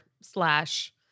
slash